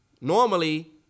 Normally